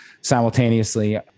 simultaneously